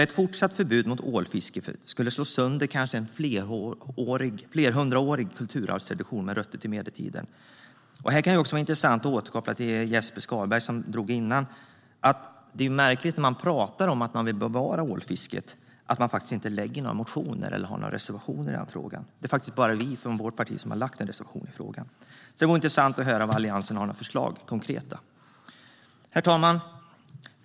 Ett fortsatt förbud för ålfisket skulle alltså kunna slå sönder en flerhundraårig kulturarvstradition som har rötter i medeltiden. Det kan, när det gäller det, vara intressant att återkoppla till det Jesper Skalberg Karlsson sa när han talade före mig. Man pratar om att man vill bevara ålfisket, men det är märkligt att man inte väcker några motioner eller lämnar några reservationer i frågan. Det är bara vårt parti som har lämnat en reservation i frågan. Det vore intressant att höra om Alliansen har några konkreta förslag. Herr talman!